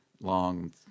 long